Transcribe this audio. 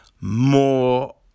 more